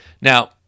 Now